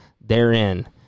therein